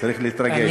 צריך להתרגש.